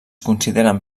consideren